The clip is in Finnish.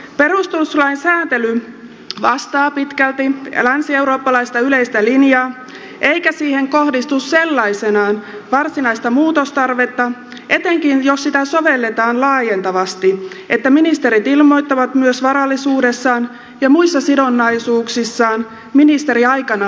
perustuslain sääntely vastaa pitkälti länsieurooppalaista yleistä linjaa eikä siihen kohdistu sellaisenaan varsinaista muutostarvetta etenkään jos sitä sovelletaan laajentavasti niin että ministerit ilmoittavat myös varallisuudessaan ja muissa sidonnaisuuksissaan ministeriaikana tapahtuvista muutoksista